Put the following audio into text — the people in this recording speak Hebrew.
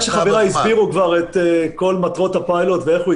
האם יש הבדל בין קניונים בעיר צהובה לקניונים